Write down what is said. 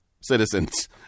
citizens